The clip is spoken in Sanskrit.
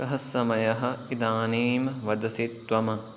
कः समयः इदानीं वदसि त्वम्